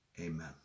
Amen